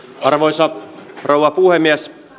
arvoisa rouva puhemies